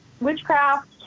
witchcraft